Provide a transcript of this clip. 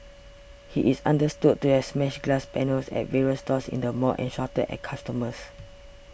he is understood to have smashed glass panels at various stores in the mall and shouted at customers